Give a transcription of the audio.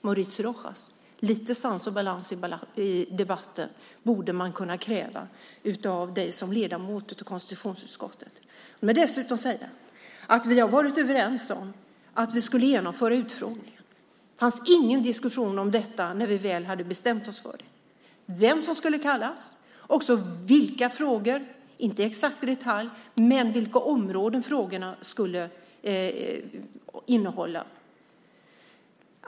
Mauricio Rojas, lite sans och balans i debatten borde man kunna kräva av dig som ledamot i konstitutionsutskottet. Jag vill dessutom säga att vi har varit överens om att vi skulle genomföra utfrågningen. När vi väl hade bestämt oss för vem som skulle kallas och vilka områden frågorna skulle beröra skedde ingen diskussion om detta.